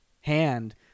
hand